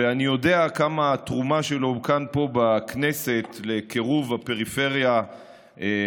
ואני יודע עד כמה התרומה שלו פה בכנסת לקירוב הפריפריה למרכז,